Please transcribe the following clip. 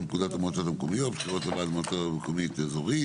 פקודת המועצות המקומיות (בחירות לוועד מקומי במועצה אזורית),